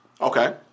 Okay